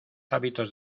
hábitos